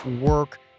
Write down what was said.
work